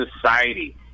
society